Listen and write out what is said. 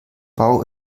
bau